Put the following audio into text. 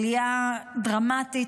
עלייה דרמטית,